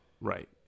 Right